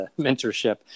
mentorship